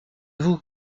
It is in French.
vous